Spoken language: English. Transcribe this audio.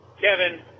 Kevin